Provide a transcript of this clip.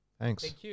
thanks